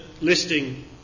listing